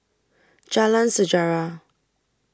Jalan Sejarah